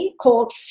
called